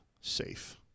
safe